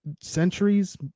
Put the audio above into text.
centuries